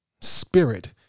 spirit